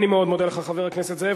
אני מאוד מודה לך, חבר הכנסת זאב.